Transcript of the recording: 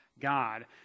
God